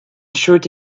shirt